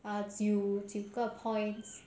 uh 九九个 points